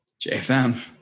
JFM